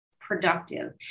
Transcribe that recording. productive